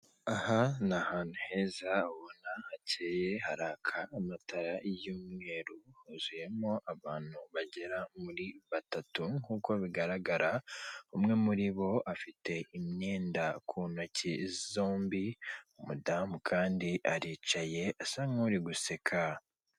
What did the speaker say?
Aha ni ahantu heza ubona hakeye haraka amatara y'umweru huzuyemo abantu bagera muri batatu nk'uko bigaragara umwe muri bo afite imyenda ku ntoki zombi, umudamu kandi aricaye asa nkuri guseka.